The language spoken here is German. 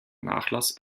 nachlass